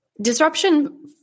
Disruption